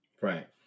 right